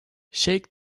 shake